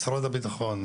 משרד הביטחון,